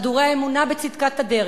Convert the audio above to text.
חדורי האמונה בצדקת הדרך,